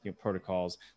protocols